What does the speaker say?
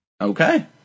Okay